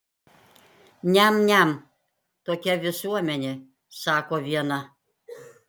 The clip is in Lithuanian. niam niam tokia visuomenė sako viena